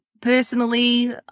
personally